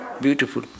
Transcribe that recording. beautiful